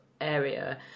area